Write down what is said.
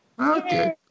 Okay